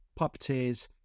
puppeteers